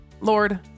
Lord